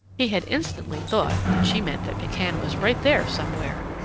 he had instantly thought that she meant that pekan was right there somewhere.